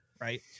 right